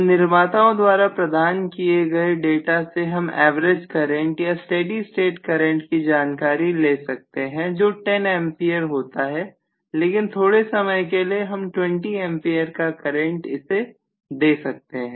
तो निर्माताओं द्वारा प्रदान किए गए डाटा से हम एवरेज करंट या स्टेडी स्टेट करंट की जानकारी ले सकते हैं जो 10A होता है लेकिन थोड़े समय के लिए हम 20A का करंट इसे देख सकते हैं